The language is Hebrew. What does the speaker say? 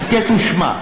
הסכת ושמע.